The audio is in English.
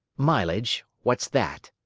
mileage? what's that?